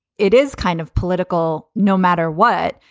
it is kind of political no matter what,